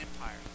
Empire